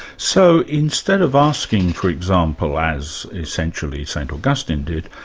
so, instead of asking for example, as essentially st augustine did,